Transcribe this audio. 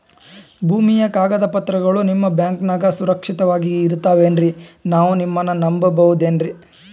ಭೂಮಿಯ ಕಾಗದ ಪತ್ರಗಳು ನಿಮ್ಮ ಬ್ಯಾಂಕನಾಗ ಸುರಕ್ಷಿತವಾಗಿ ಇರತಾವೇನ್ರಿ ನಾವು ನಿಮ್ಮನ್ನ ನಮ್ ಬಬಹುದೇನ್ರಿ?